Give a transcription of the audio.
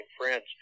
friends